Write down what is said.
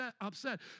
upset